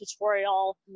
tutorial